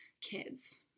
kids